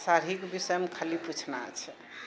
साड़ीके विषयमे खाली पूछना छै